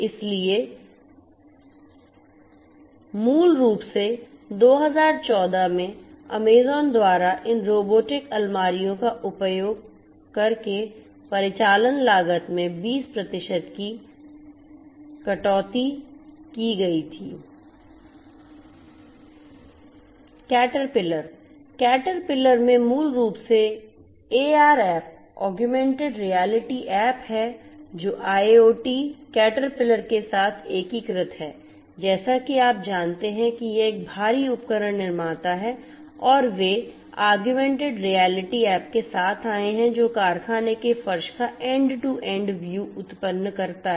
इसलिए मूल रूप से 2014 में अमेज़ॅन द्वारा इन रोबोटिक अलमारियों का उपयोग करके परिचालन लागत में 20 प्रतिशत की कटौती की गई थी कैटरपिलर कैटरपिलर में मूल रूप से AR app augmented reality app है जो आईओटी कैटरपिलर के साथ एकीकृत है जैसा कि आप जानते हैं कि यह एक भारी उपकरण निर्माता है और वे augmented reality ऐप के साथ आए हैं जो कारखाने के फर्श का एंड टू एंड व्यू उत्पन्न करता है